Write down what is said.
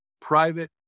private